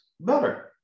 better